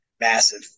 massive